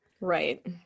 right